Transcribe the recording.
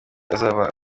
azaba